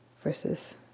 versus